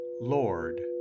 Lord